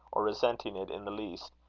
or resenting it in the least,